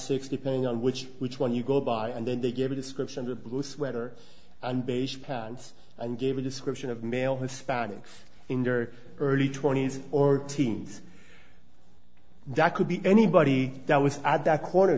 playing on which which one you go by and then they gave a description of a blue sweater and beige pounds and gave a description of male hispanic in their early twenty's or teens that could be anybody that was at that corner